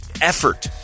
Effort